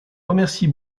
remercie